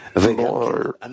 more